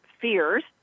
fears